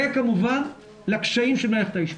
וכמובן לקשיים של מערכת האשפוז.